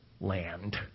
land